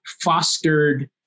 fostered